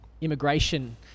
immigration